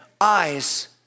eyes